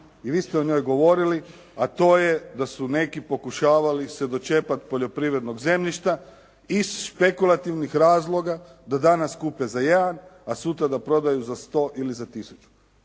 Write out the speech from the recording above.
i vi ste o njoj govorili, a to je da su neki pokušavali se dočepati poljoprivrednog zemljišta iz špekulativnih razloga da danas kupe za 1, a sutra da prodaju za 100 ili za 1 000.